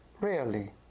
rarely